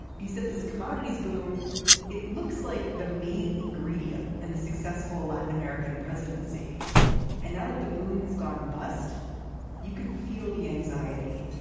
he says this commodities boom it looks like the main ingredient in and the successful latin american presidency and now that the boom has gone bust you can feel the anxiety